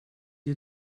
ihr